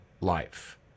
life